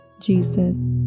Jesus